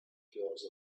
fjords